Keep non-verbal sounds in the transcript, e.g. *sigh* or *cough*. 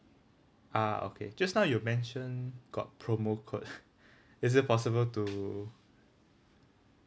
ah okay just now you mention got promo code *laughs* is it possible to